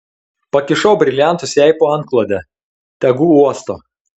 pakišau briliantus jai po antklode tegu uosto